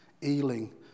healing